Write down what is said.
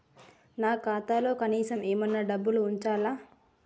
నా ఖాతాలో కనీసం ఏమన్నా డబ్బులు ఉంచాలా?